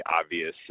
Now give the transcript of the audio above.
obvious